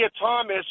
Thomas